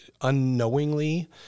unknowingly